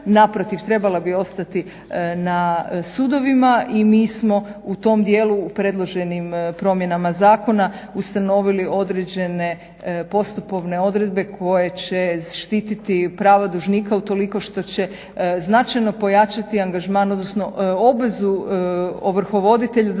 naprotiv trebala bi ostati na sudovima i mi smo u tom dijelu u predloženim promjenama zakona ustanovili određene postupovne odredbe koje će štititi prava dužnika utoliko što će značajno pojačati angažman odnosno obvezu ovrhovoditelja